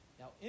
now